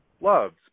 loves